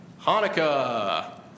Hanukkah